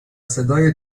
صدای